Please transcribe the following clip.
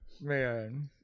man